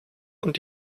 und